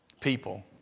People